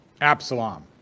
Absalom